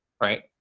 right